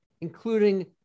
including